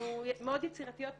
אנחנו מאוד יצירתיות פה,